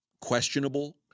questionable